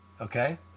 Okay